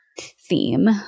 theme